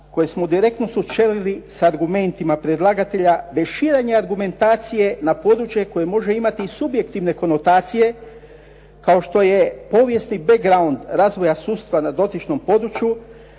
koji smo direktno sučelili sa argumentima predlagatelja bez širenja argumentacije na područje koje može imati subjektivne konotacije kao što je povijesni "background" razvoja sustava na dotičnom području,